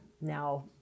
now